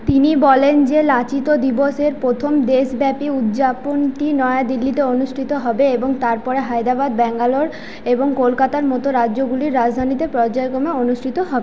তিনি বলেন যে লাচিত দিবসের প্রথম দেশব্যাপী উদযাপনটি নয়াদিল্লিতে অনুষ্ঠিত হবে এবং তারপরে হায়দ্রাবাদ ব্যাঙ্গালোর এবং কলকাতার মতো রাজ্যগুলির রাজধানীতে পর্যায়ক্রমে অনুষ্ঠিত হবে